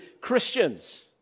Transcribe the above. Christians